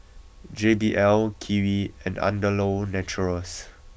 J B L Kiwi and Andalou Naturals